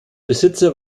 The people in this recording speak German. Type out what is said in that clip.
besitzer